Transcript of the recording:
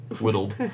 Whittled